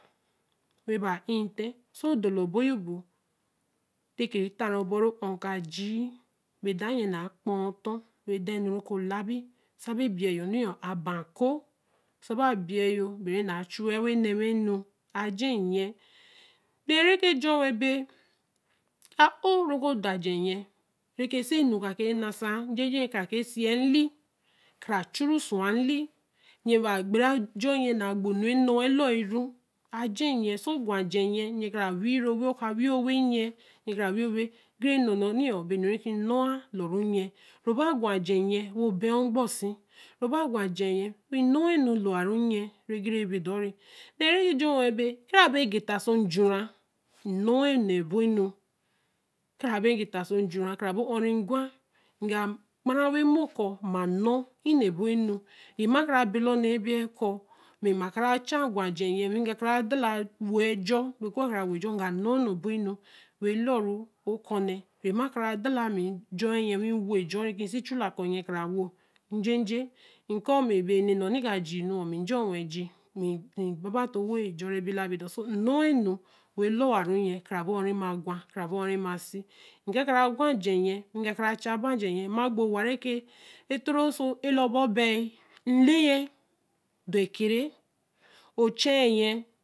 Bēe bāa in̄n tte sō datalāa Ōbor yor bōo, tteē kire ttāaru bor Ō ka jii, baē deē yen ba kpa-oton wen daā e-nuealaa bīī saā bīī biyen īnn̄ a ban. Coō saā beē ebie yor beē re n̄na chu waā wen nn̄a maā-nu āaje yen than rekejor wen bēe aā Ō redo ā je yen jejeē sanu kake nna Saa, jejēe karakēe sie yen lii kara churu suwaā llii, gbere ājor yen nna gbo-nu ra n̄nowāa lōoru je yen sō bā yen, yen ka ra weii rou wen Ō ka weii yen, ōgu ru n̄no nn̄ēe bīre nn̄owa. Lawere re yen ru ba gwa jēr yrn wo bēe eē ogbo sīī, rubagwa Jernyen ammi nn̄o-wa nn̄o lōore nyen baī gurebor dornni, than re jor won, ēkara be geē ttāa sojure eē nn̄o wāa nne bōo-nu, kara gēe ttaā sō jure, kara bor. Ō re gwa ga gbere wen kōo mma nn̄o ēe n̄ne ebor nu ēe mma kara belāa ōn̄nere ēbēe kōo mma kara chaā gwajer yen weii kara daālaā bēe ewoo wenjeo bai kurkara woojo, ēe ga nōnn̄e bor-nu wen loru Ō cun̄ne ēe ma ra da laa mmi jenwen ēyen weii ejor re si chulaa yen karawojeje nku mme bor nn̄e nu ka gienu bii jor wen wey gie, mm Baba toō woejorre belabador, so ēe nowa nu wen loraru yen kara bor O ma gwa kara boō re ma sī, nkar kara gwa jer yen weii gakara chaa bajer ma gbo oware ke, Ō tora sō ēlabor bai eē lee yen dor ēkere Ō chen yen.